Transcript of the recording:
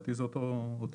לדעתי זה אותו דבר.